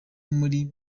muri